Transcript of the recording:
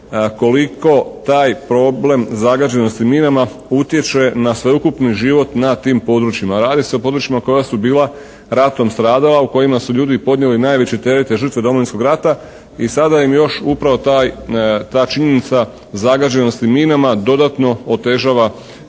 koliko taj problem zagađenosti minama utječe na sveukupni život na tim područjima. Radi se o područjima koja su bila ratom stradala u kojima su ljudi podnijeli najveći teret, te žrtve Domovinskog rata i sada im još upravo taj, ta činjenica zagađenosti minama dodatno otežava